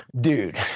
dude